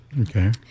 Okay